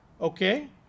okay